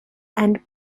and